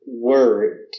word